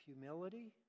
humility